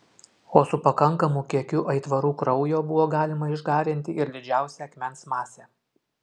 o su pakankamu kiekiu aitvarų kraujo buvo galima išgarinti ir didžiausią akmens masę